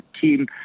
team